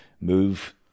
move